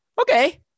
okay